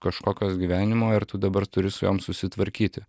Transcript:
kažkokios gyvenimo ir tu dabar turi su jom susitvarkyti